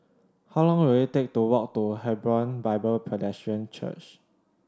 how long will it take to walk to Hebron Bible Presbyterian Church